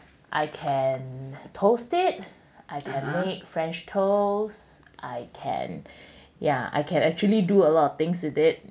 I can toast it I can make french toast I can ya I can actually do a lot of things with it